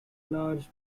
large